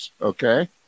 okay